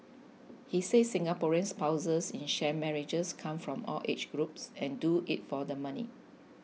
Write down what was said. he said Singaporean spouses in sham marriages come from all age groups and do it for the money